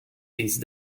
these